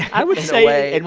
i would say. and